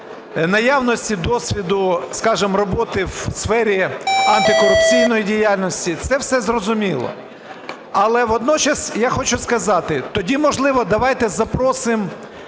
наявності досвіду, скажімо, роботи в сфері антикорупційної діяльності. Це все зрозуміло. Але водночас я хочу сказати: тоді, можливо, давайте запросимо